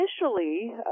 Initially